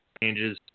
changes